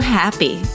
happy